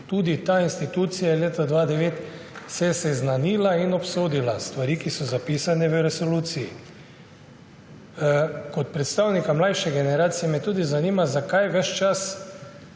Tudi ta institucija se je leta 2009 seznanila in je obsodila stvari, ki so zapisane v resoluciji. Kot predstavnika mlajše generacije me tudi zanima, zakaj ves čas